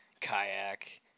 kayak